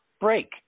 break